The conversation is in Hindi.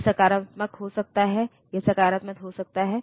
यह नकारात्मक हो सकता है यह सकारात्मक हो सकता है